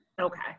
Okay